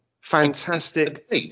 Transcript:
Fantastic